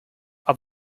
are